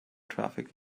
traffic